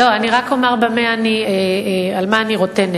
לא, אני רק אומר על מה אני רוטנת.